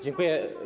Dziękuję.